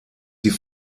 sie